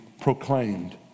proclaimed